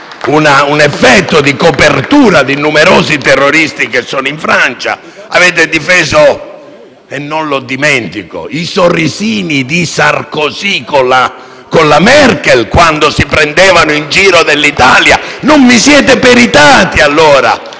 un effetto di copertura di numerosi terroristi presenti in Francia. Avete difeso - e non lo dimentico - i sorrisini di Sarkozy con la Merkel, quando si prendeva in giro l'Italia. *(Applausi dai Gruppi